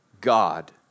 God